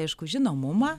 aišku žinomumą